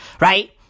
right